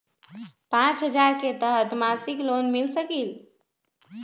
पाँच हजार के तहत मासिक लोन मिल सकील?